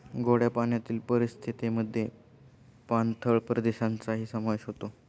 गोड्या पाण्यातील परिसंस्थेमध्ये पाणथळ प्रदेशांचाही समावेश असतो